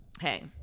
Hey